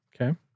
Okay